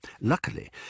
Luckily